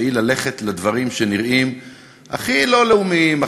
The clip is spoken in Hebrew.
שהיא ללכת לדברים שנראים הכי לא לאומיים,